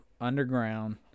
underground